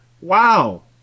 wow